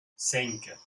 cinq